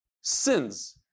sins